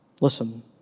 Listen